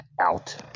Out